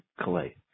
clay